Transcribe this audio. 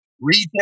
retail